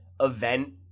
event